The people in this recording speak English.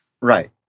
right